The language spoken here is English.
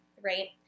right